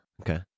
Okay